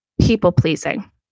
people-pleasing